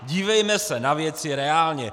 Dívejme se na věci reálně!